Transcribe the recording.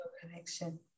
connection